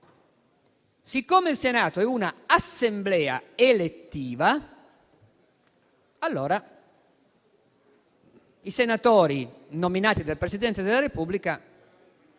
siccome il Senato è una assemblea elettiva, allora i senatori nominati dal Presidente della Repubblica